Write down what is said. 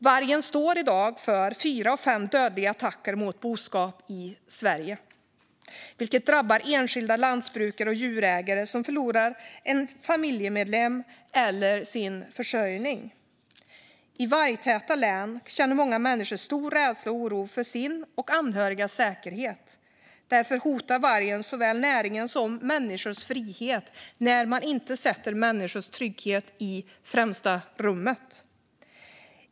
Vargen står i dag för fyra av fem dödliga attacker mot boskap i Sverige, vilket drabbar enskilda lantbrukare och djurägare som förlorar en familjemedlem eller sin försörjning. I vargtäta län känner många människor stor rädsla och oro för sin och anhörigas säkerhet. Därför hotar vargen såväl näringen som människors frihet när man inte sätter människors trygghet i främsta rummet.